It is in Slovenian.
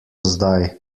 zdaj